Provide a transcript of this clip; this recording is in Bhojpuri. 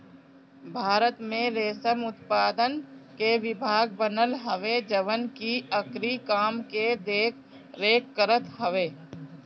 भारत में रेशम उत्पादन के विभाग बनल हवे जवन की एकरी काम के देख रेख करत हवे